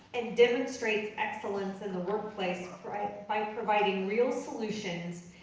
and demonstrates excellence in the workplace by providing real solutions,